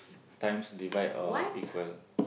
times divide or equal